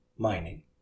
Mining